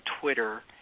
Twitter